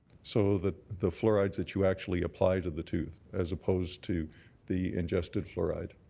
so the the fluorides that you actually apply to the tooth as opposed to the ingested fluoride.